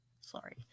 sorry